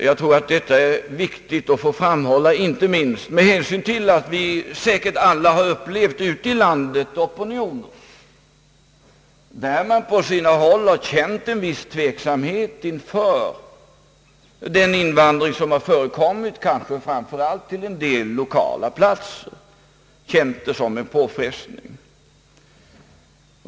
Jag tror det är viktigt att detta framhålles, inte minst med hänsyn till att vi alla ute i landet säkert har upplevt opinioner, där man på sina håll har känt en viss tveksamhet inför den invandring som har förekommit, framför allt kanske till en del lokala platser. Man har känt det som en påfrestning.